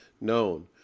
known